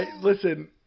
Listen